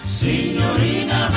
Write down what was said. signorina